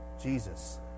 Jesus